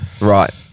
right